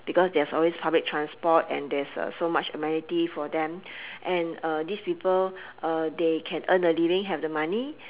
because there's always public transport and there's so much amenity for them and these people they can earn a living have the money